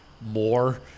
more